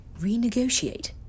Renegotiate